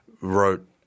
wrote